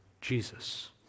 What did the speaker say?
Jesus